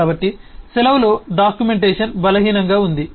కాబట్టి సెలవులో డాక్యుమెంటేషన్ బలహీనంగా ఉంది